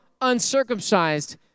uncircumcised